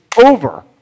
over